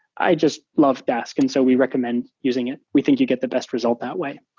i just love dask. and so we recommend using it. we think you get the best result that way.